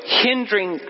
hindering